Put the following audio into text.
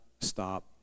stop